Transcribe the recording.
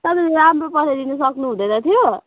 तपाईँले राम्रो पठाइदिनु सक्नु हुँदैनथ्यो